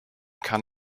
kann